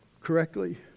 correctly